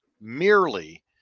merely